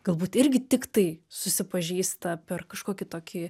galbūt irgi tiktai susipažįsta per kažkokį tokį